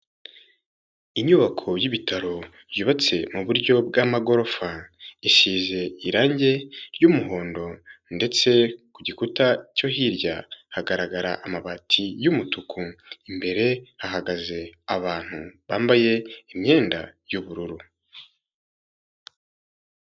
Inyubako y'ibitaro byubatse mu buryo bw'amagorofa, isize irange ry'umuhondo ndetse ku gikuta cyo hirya hagaragara amabati y'umutuku, imbere hahagaze abantu bambaye imyenda y'ubururu.